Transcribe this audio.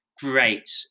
great